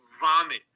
vomit